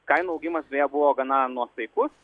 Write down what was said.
kainų augimas vėl buvo gana nuosaikus